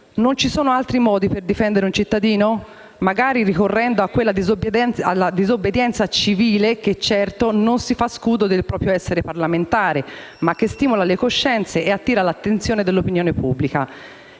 Non ci sono altri modi per difendere un cittadino, magari ricorrendo a quella disobbedienza civile, che certo non si fa scudo del proprio essere parlamentare, ma che stimola le coscienze e attira l'attenzione dell'opinione pubblica?